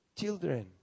children